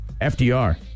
FDR